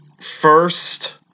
first